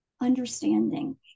understanding